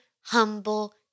humble